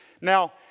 Now